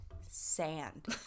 sand